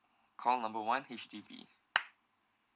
call number one H_D_B